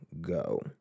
Go